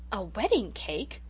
a wedding-cake!